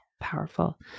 powerful